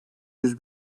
yüz